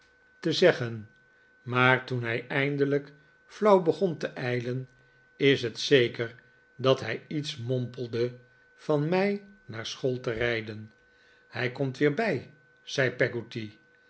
te zeggen maar toen hij eindelijk flauw begon te ijlen is het zeker dat hij iets mompelde van mij naar school te rijden hij komt weer bij zei